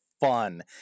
fun